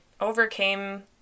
overcame